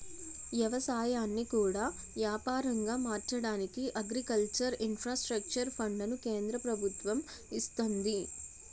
ఎవసాయాన్ని కూడా యాపారంగా మార్చడానికి అగ్రికల్చర్ ఇన్ఫ్రాస్ట్రక్చర్ ఫండును కేంద్ర ప్రభుత్వము ఇస్తంది